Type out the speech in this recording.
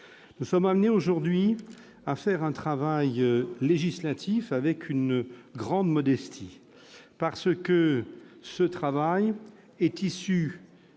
Nous sommes amenés aujourd'hui à faire un travail législatif avec une grande modestie, car ce travail est issu